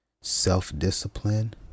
self-discipline